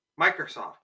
Microsoft